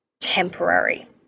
temporary